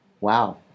wow